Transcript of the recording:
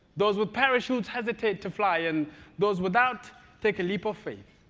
those with parachutes hesitate to fly, and those without take a leap of faith.